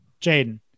Jaden